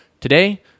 Today